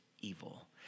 evil